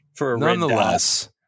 Nonetheless